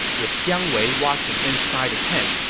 with jiang wei watching inside the tent,